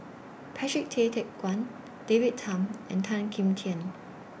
Patrick Tay Teck Guan David Tham and Tan Kim Tian